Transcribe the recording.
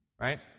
right